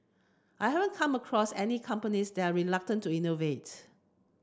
I haven't come across any companies that are reluctant to innovate